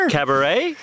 Cabaret